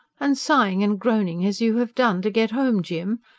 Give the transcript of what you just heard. and sighing and groaning as you have done to get home, jim!